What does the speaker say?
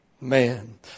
man